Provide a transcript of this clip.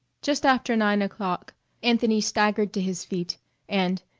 just after nine o'clock anthony staggered to his feet and,